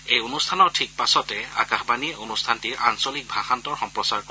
এই অনুষ্ঠানৰ ঠিক পাছতে আকাশবাণীয়ে অনুষ্ঠানটিৰ আঞ্চলিক ভাষান্তৰ সম্প্ৰচাৰ কৰিব